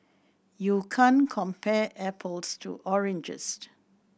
you can't compare apples to oranges